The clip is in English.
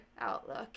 outlook